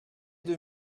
deux